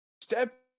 Step